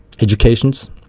educations